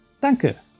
Danke